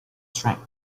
strength